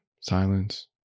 silence